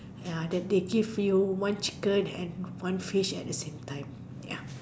ya that they give you one chicken and one fish at the same time ya